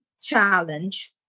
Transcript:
challenge